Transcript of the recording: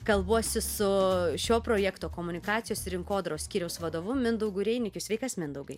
kalbuosi su šio projekto komunikacijos rinkodaros skyriaus vadovu mindaugu reinikiu sveikas mindaugai